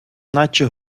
наче